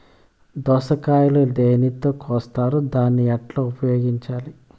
దోస కాయలు దేనితో కోస్తారు దాన్ని ఎట్లా ఉపయోగించాలి?